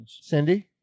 Cindy